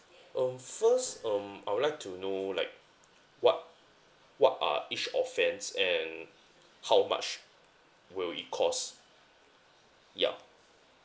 um first um I would like to know like what what are each offence and how much will it cost yeah